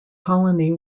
colony